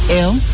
ill